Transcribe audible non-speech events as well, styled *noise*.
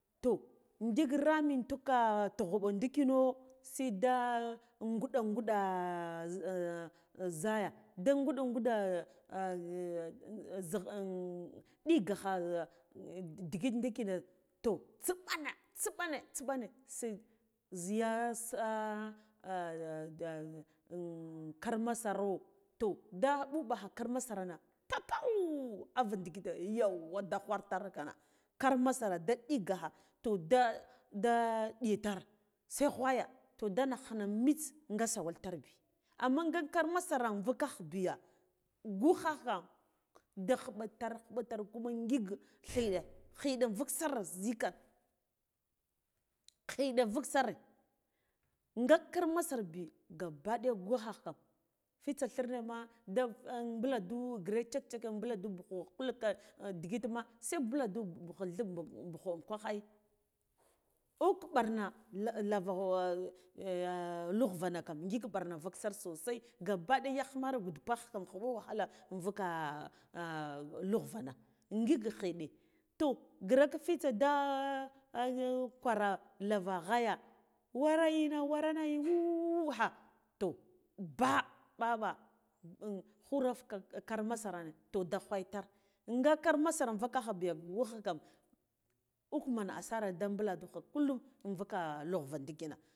To ngik rami intukka tughuɓo ndikino seda nguɗa nguɗa *hesitation* zha aya da nguɗa nguɗa *hesitation* zhig riɗigakha *hesitation* digit ndikina toh tsiɓane tsiɓane tsiɓine se ziya *hesitation* kar masuro toh da ɓuɓakha kar masarna papau auvandik ndigite gauwa da ghwatar kana kar masara da digakha toh da da ɗiya ta se ghwaya toh da nagh hana mitse nga sawu tar bi amma ga kar masaran vikah biya gughkhaha da khuɓatar khuɓatar kuna ngik khiɗe khiɗe vuk sar zikan khiɗe vuk sare nga kar masarabi gabba ɗiya gugh hahkam fitsa thirne ma da mɓulandu gre check checke mɓulandu bugho kuluku ndigitma se mɓulandu bugha dlib bugha unghwagh ai uk ɓarna lara *hesitation* lugvana kam ngik ɓarna vuk sar so sai gabbaɗeya yagh mare gubuppakha kam khuɓu wahala invuka *hesitation* lugva na ngik khiɗe toh grak titse ɗe kwara lara ghaya ware ina warena yuuu ha to ba ɓeɓa ghurafka kar masarana to da ghwaitar nga kar masara vukkakha biya gugh kam uk man asara da mɓulandu kha kullum invuka lugva ndikina.